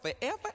forever